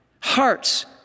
hearts